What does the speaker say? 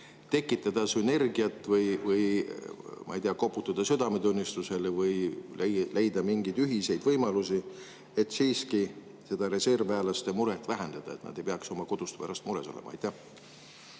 kuidagi sünergiat, või ma ei tea, koputada südametunnistusele või leida mingeid ühiseid võimalusi, et siiski seda reservväelaste muret vähendada? Siis nad ei peaks oma koduste pärast mures olema. Aitäh!